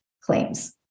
claims